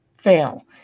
fail